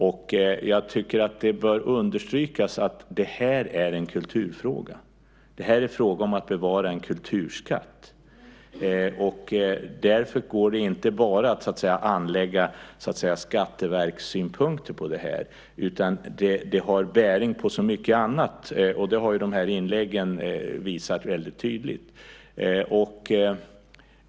Och jag tycker att det bör understrykas att det här är en kulturfråga. Det här är fråga om att bevara en kulturskatt. Därför går det inte bara att så att säga anlägga skatteverkssynpunkter på det här utan det har bäring på så mycket annat. Det har ju de här inläggen visat väldigt tydligt.